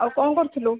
ଆଉ କଣ କରୁଥିଲୁ